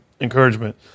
encouragement